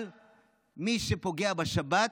אבל מי שפוגע בשבת,